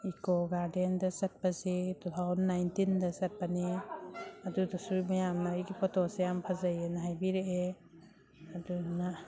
eco ꯒꯥꯔꯗꯦꯟꯗ ꯆꯠꯄꯁꯤ two thousand ꯅꯥꯏꯟꯇꯤꯟꯗ ꯆꯠꯄꯅꯦ ꯑꯗꯨꯗꯨꯁꯨ ꯃꯌꯥꯝꯅ ꯑꯩꯒꯤ ꯐꯣꯇꯣꯁꯦ ꯌꯥꯝ ꯐꯖꯩꯑꯅ ꯍꯥꯏꯕꯤꯔꯛꯑꯦ ꯑꯗꯨꯗꯨꯅ